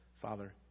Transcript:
Father